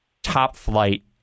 top-flight